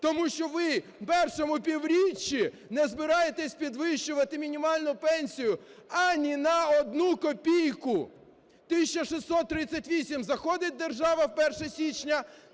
тому що ви в першому півріччі не збираєтесь підвищувати мінімальну пенсію ані на одну копійку. 1 тисяча 638 – заходить держава в 1 січня,